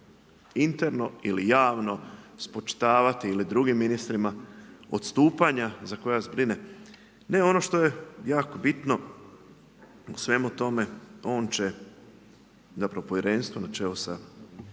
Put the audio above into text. interno ili javno spočitavati ili drugim ministrima odstupanja za koja brine. Ne ono što je jako bitno u svemu tome on će, zapravo povjerenstvo na čelu sa